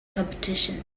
competition